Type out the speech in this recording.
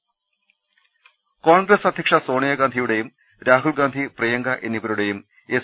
രദ്ദേഷ്ടങ കോൺഗ്രസ് അധ്യക്ഷ സോണിയഗാന്ധിയുടെയും രാഹുൽഗാന്ധി പ്രിയങ്ക എന്നിവരുടെയും എസ്